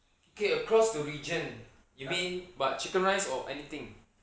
okay across the region you mean what chicken rice or anything